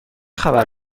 خبر